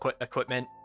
equipment